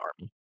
army